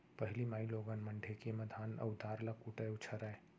पहिली माइलोगन मन ढेंकी म धान अउ दार ल कूटय अउ छरयँ